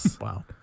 wow